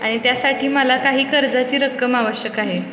आणि त्यासाठी मला काही कर्जाची रक्कम आवश्यक आहे